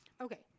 Okay